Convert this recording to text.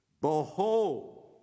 Behold